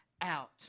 out